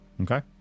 Okay